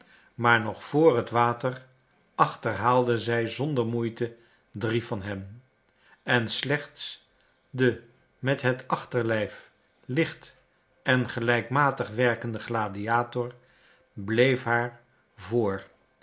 maar nog vr het water achterhaalde zij zonder moeite drie van hen en slechts de met het achterlijf licht en gelijkmatig werkende gladiator bleef haar voor